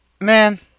man